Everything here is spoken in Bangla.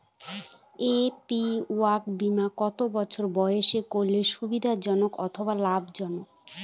এ.পি.ওয়াই বীমা কত বছর বয়সে করলে সুবিধা জনক অথবা লাভজনক?